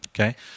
Okay